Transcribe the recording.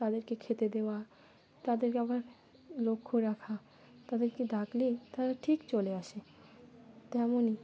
তাদেরকে খেতে দেওয়া তাদেরকে আবার লক্ষ্য রাখা তাদেরকে ডাকলেই তারা ঠিক চলে আসে তেমনই